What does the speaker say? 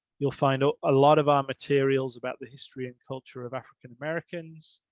you'll find a ah lot of our materials about the history and culture of african americans,